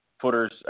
footers